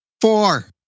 four